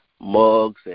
mugs